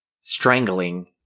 strangling